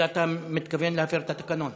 אלא אם כן אתה מתכוון להפר את התקנון.